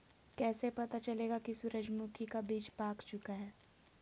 कैसे पता चलेगा की सूरजमुखी का बिज पाक चूका है?